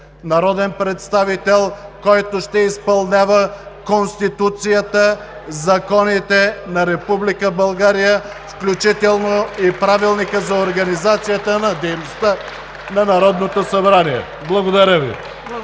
народен представител, който ще изпълнява Конституцията, законите на Република България, включително и Правилника за организацията и дейността на Народното събрание. Благодаря Ви.